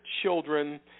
children